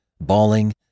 bawling